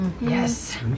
Yes